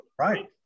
Right